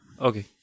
Okay